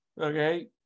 okay